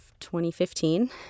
2015